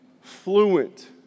fluent